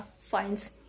finds